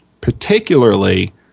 Particularly